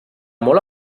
molt